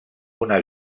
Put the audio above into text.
una